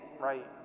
right